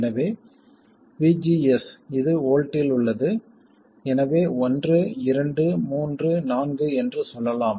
எனவே VGS இது வோல்ட்டில் உள்ளது எனவே ஒன்று இரண்டு மூன்று நான்கு என்று சொல்லலாம்